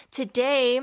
today